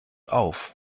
auf